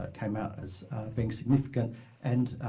ah came out as being significant and